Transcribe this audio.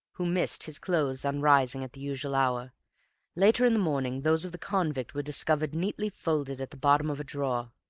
who missed his clothes on rising at the usual hour later in the morning those of the convict were discovered neatly folded at the bottom of a drawer.